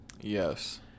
Yes